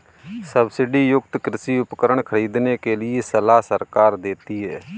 subsidy युक्त कृषि उपकरण खरीदने के लिए सलाह सरकार देती है